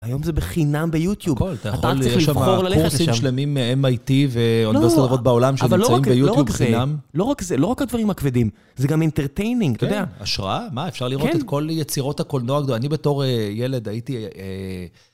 היום זה בחינם ביוטיוב. הכל יש שם קורסים שלמים מ-MIT ואוניברסיטת הטובות בעולם שנמצאים ביוטיוב בחינם. לא רק זה, לא רק הדברים הכבדים, זה גם אינטרטיינינג, אתה יודע. כן, השראה? מה, אפשר לראות את כל יצירות הקולנוע. אני בתור ילד הייתי...